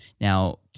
now